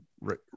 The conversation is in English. right